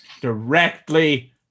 directly